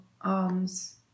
arms